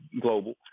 global